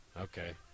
Okay